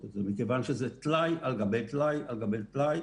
את זה מכיוון שזה טלאי על גבי טלאי על גבי טלאי.